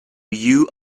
you